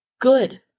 Good